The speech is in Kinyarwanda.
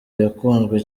yakunzwe